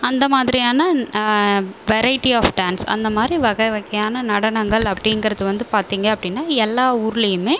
அந்த மாதிரியான variety of dance அந்த மாதிரி வகை வகையான நடனங்கள் அப்படிங்கறது வந்து பார்த்திங்க அப்படினா எல்லா ஊர்லையுமே